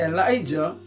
Elijah